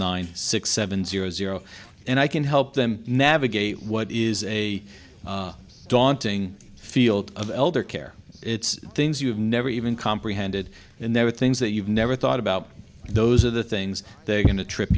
nine six seven zero zero and i can help them navigate what is a daunting field of elder care it's things you've never even comprehended and there are things that you've never thought about those are the things they're going to trip